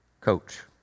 coach